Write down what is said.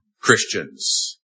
Christians